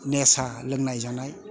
निसा लोंनाय जानाय